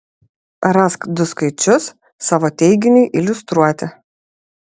rask du skaičius savo teiginiui iliustruoti